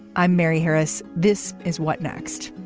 i'm mary harris. this is what next.